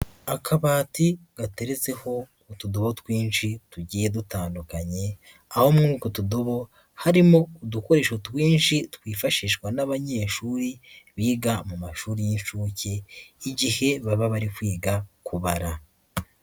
Akabati gateretseho utudobo twinshi tugiye dutandukanye, aho muri utwo tudobo harimo udukoresho twinshi twifashishwa n'abanyeshuri biga mu mashuri y'inshuke igihe baba bari kwiga kubara.